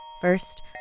First